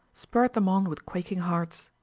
spurred them on with quaking hearts.